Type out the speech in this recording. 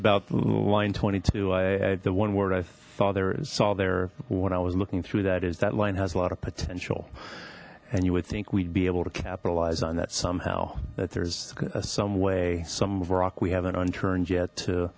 about the line twenty two i the one word i father saw there when i was looking through that is that lion has a lot of potential and you would think we'd be able to capitalize on that somehow that there's some way some rock we haven't